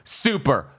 super